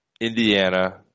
Indiana